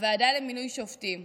הוועדה למינוי שופטים,